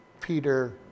Peter